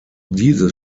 dieses